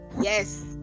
Yes